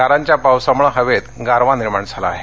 गारांच्या पावसामुळे हवेत गारवा निर्माण झाला आहे